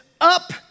up